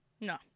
No